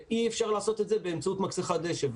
ואי-אפשר לעשות את זה באמצעות מכסחת דשא.